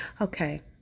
Okay